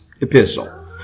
epistle